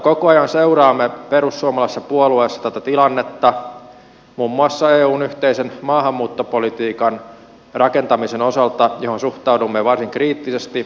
koko ajan seuraamme perussuomalaisessa puolueessa tätä tilannetta muun muassa eun yhteisen maahanmuuttopolitiikan rakentamisen osalta johon suhtaudumme varsin kriittisesti